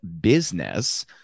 business